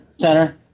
center